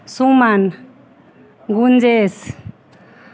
Suman Gunjesh